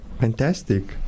Fantastic